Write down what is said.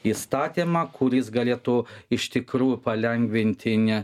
įstatymą kuris galėtų iš tikrųjų palengvinti ne